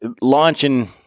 launching